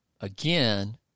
again